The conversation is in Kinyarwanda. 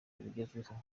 bigezweho